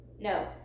No